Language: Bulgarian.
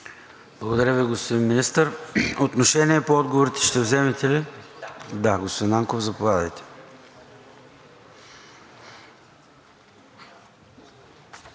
Благодаря Ви, господин Министър. Отношение по отговорите ще вземете ли? Господин Нанков, заповядайте.